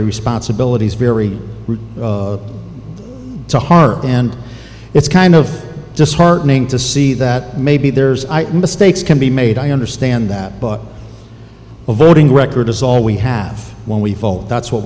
responsibilities very to heart and it's kind of disheartening to see that maybe there's mistakes can be made i understand that but the voting record is all we have when we fall that's what